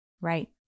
Right